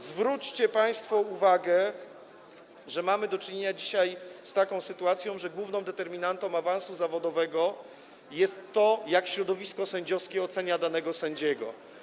Zwróćcie państwo uwagę, że mamy dzisiaj do czynienia z taką sytuacją, że główną determinantą awansu zawodowego jest to, jak środowisko sędziowskie ocenia danego sędziego.